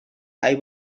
eye